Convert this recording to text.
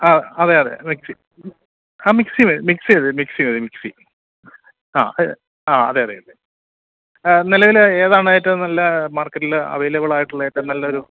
ആ അതേ അതെ മിക്സി ആ മിക്സി മതി മിക്സി മതി മിക്സി മതി മിക്സി ആ അത് ആ അതെ അതെ അതെ ആ നിലവില് ഏതാണ് ഏറ്റവും നല്ല മാർക്കറ്റില് അവൈലബിളായിട്ടുള്ള ഏറ്റവും നല്ലൊരു